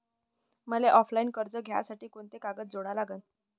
मले ऑफलाईन कर्ज घ्यासाठी कोंते कागद जोडा लागन?